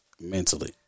Mentally